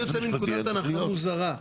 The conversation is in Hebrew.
אני יוצא מנקודת הנחה מוזרה.